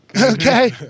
Okay